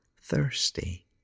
thirsty